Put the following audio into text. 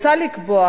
מוצע לקבוע